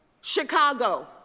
Chicago